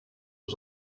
was